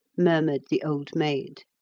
murmured the old maid.